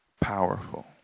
powerful